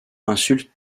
insulte